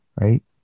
Right